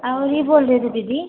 और यह बोल रहे थे दीदी